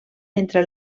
entre